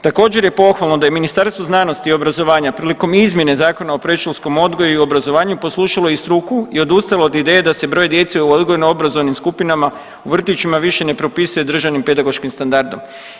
Također je pohvalno da je Ministarstvo znanosti i obrazovanja prilikom izmjene Zakona o predškolskom odgoju i obrazovanju poslušalo i struku i odustalo od ideje da se broj djece u odgojno obrazovnim skupinama više ne propisuje državnim pedagoškim standardom.